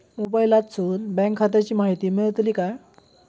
मोबाईलातसून बँक खात्याची माहिती मेळतली काय?